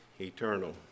eternal